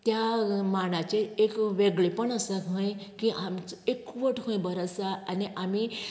त्या मांडाचें एक वेगळेंपण आसा खंय की आमचो एकवट खंय बोरो आसा आनी आमी